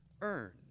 earn